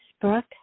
Brooke